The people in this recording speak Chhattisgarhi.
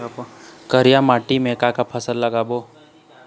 करिया माटी म का फसल लगाबो?